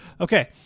Okay